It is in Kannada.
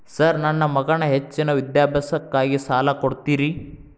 ಸರ್ ನನ್ನ ಮಗನ ಹೆಚ್ಚಿನ ವಿದ್ಯಾಭ್ಯಾಸಕ್ಕಾಗಿ ಸಾಲ ಕೊಡ್ತಿರಿ?